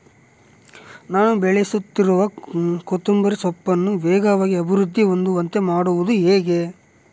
ನಾನು ಬೆಳೆಸುತ್ತಿರುವ ಕೊತ್ತಂಬರಿ ಸೊಪ್ಪನ್ನು ವೇಗವಾಗಿ ಅಭಿವೃದ್ಧಿ ಆಗುವಂತೆ ಮಾಡುವುದು ಹೇಗೆ?